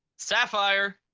sapphire